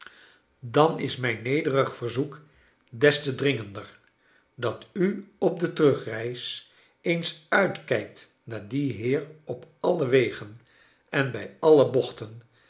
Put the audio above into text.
dan is mijn nederig verzoek des te dringender dat u op de terugreis eens uitkijkt naar dien heer op alle wegen en bij alle bochten